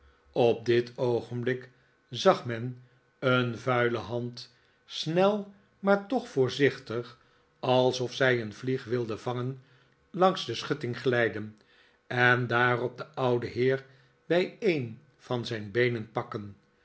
op dit oogenblik zag men een vuile hand snel maar toch voorzichtig alsof zij een vlieg wilde vangen langs de schutting glijden en daarop den ouden heer bij een van zijn beenen pakken